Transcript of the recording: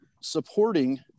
supporting